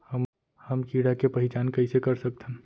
हम कीड़ा के पहिचान कईसे कर सकथन